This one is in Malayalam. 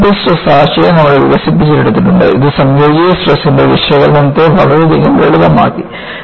പ്രിൻസിപ്പൾ സ്ട്രെസ് ആശയം നമുക്ക് വികസിപ്പിച്ചെടുത്തിട്ടുണ്ട് ഇത് സംയോജിത സ്ട്രെസ്ൻറെ വിശകലനത്തെ വളരെയധികം ലളിതമാക്കി